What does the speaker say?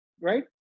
right